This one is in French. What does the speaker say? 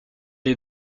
est